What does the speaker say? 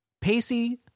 Pacey